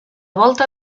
volta